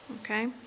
Okay